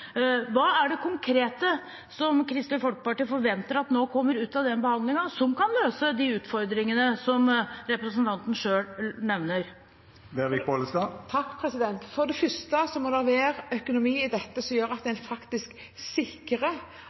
Hva konkret forventer Kristelig Folkeparti at kommer ut av den behandlingen som kan løse de utfordringene som representanten Bollestad selv nevner? For det første må det være en økonomi i dette som gjør at en sikrer at en faktisk